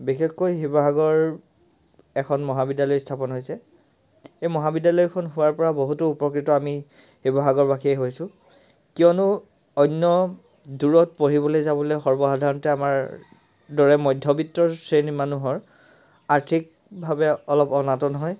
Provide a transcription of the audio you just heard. বিশেষকৈ শিৱসাগৰ এখন মহাবিদ্যালয় স্থাপন হৈছে এই মহাবিদ্যালয়খন হোৱাৰ পৰা বহুতো উপকৃত আমি শিৱসাগৰবাসীয়ে হৈছোঁ কিয়নো অন্য দূৰত পঢ়িবলৈ যাবলৈ সৰ্বসাধাৰণৰতে আমাৰ দৰে মধ্যবিত্ত শ্ৰেণীৰ মানুহৰ আৰ্থিকভাৱে অলপ অনাটন হয়